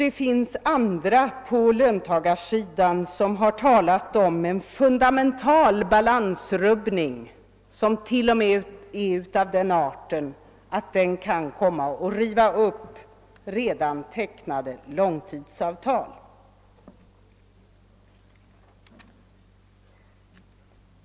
Det finns andra på löntagarsidan som har talat om en fundamental balansrubbning som t.o.m. är av sådan art, att den kan komma att riva upp redan tecknade långtidsavtal.